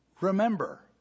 remember